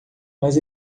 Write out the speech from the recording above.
mas